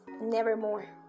Nevermore